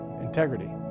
Integrity